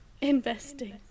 Investing